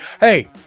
Hey